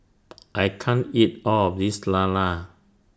I can't eat All of This Lala